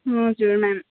हजुर म्याम